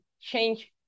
change